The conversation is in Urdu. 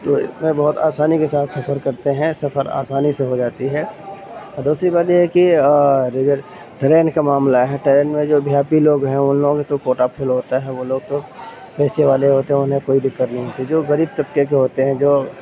تو اس میں بہت آسانی کے ساتھ سفر کرتے ہیں سفر آسانی سے ہو جاتی ہے اور دوسری بات یہ ہے کہ جو ادھر ٹرین کا معاملہ ہے ٹرین میں جو بھی آئی پی لوگ ہیں ان لوگوں کا تو کوٹہ فل ہوتا ہے وہ لوگ تو پیسے والے ہوتے ہیں انہیں کوئی دقت نہیں ہوتی جو غریب طبقے ہوتے ہیں جو